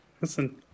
Listen